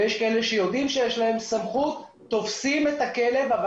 ויש כאלה שיודעים שיש להם סמכות ותופסים את הכלב אבל